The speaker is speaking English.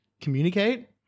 communicate